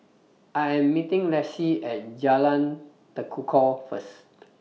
I Am meeting Lexie At Jalan Tekukor First